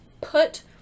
put